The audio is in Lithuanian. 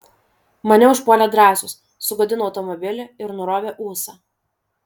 mane užpuolė drąsius sugadino automobilį ir nurovė ūsą